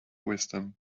wisdom